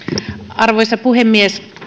arvoisa puhemies